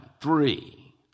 three